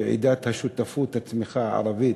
ועידת "שותפות וצמיחה" הערבית,